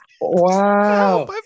Wow